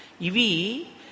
Ivi